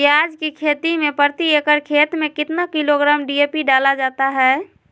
प्याज की खेती में प्रति एकड़ खेत में कितना किलोग्राम डी.ए.पी डाला जाता है?